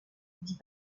dit